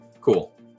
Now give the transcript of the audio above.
Cool